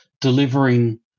delivering